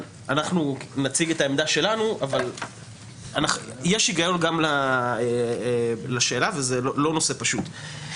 אנחנו נציג את העמדה שלנו אבל יש הגיון גם לשאלה וזה לא נושא פשוט.